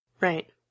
Right